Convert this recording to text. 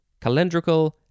Calendrical